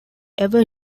ever